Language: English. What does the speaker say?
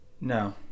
No